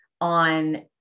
on